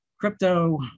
crypto